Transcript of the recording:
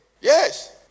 Yes